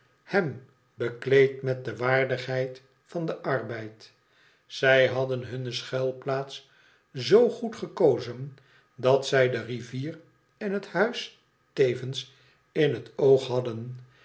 hem bekleed met de waardigheid van den arbeid i z hadden hunne schuilplaats z goed gekozen dat zij de rivier en het hms tevens m het oog hadden